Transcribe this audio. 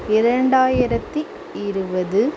இரண்டாயிரத்து இருபது